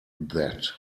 that